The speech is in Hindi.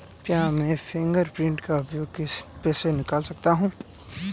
क्या मैं फ़िंगरप्रिंट का उपयोग करके पैसे निकाल सकता हूँ?